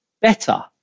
better